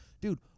dude